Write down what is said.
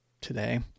today